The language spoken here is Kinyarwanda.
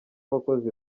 abakozi